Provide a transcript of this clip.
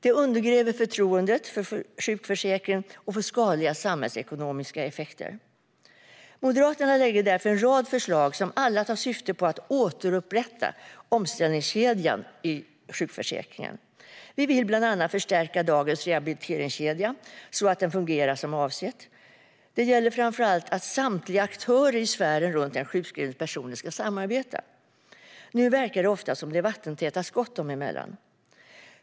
Det undergräver också förtroendet för sjukförsäkringen och får skadliga samhällsekonomiska effekter. Moderaterna lägger därför fram en rad förslag som alla har syftet att återupprätta omställningstanken i sjukförsäkringen. Vi vill bland annat förstärka dagens rehabiliteringskedja så att den ska fungera som det är avsett. Det gäller framför allt att samtliga aktörer i sfären runt den sjukskrivne personen ska samarbeta. Nu verkar det ofta vara vattentäta skott dem emellan.